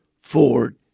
Ford